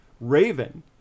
Raven